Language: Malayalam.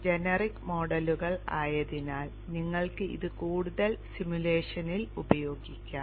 ജനറിക് മോഡലുകൾ ആയതിനാൽ നിങ്ങൾക്ക് ഇത് കൂടുതൽ സിമുലേഷനിൽ ഉപയോഗിക്കാം